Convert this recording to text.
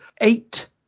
eight